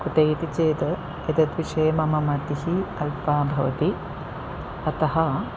कुतः इति चेत् एतद्विषये मम मतिः अल्पा भवति अतः